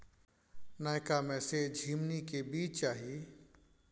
नयका में से झीमनी के बीज चाही?